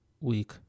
week